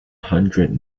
hundred